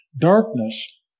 Darkness